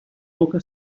boca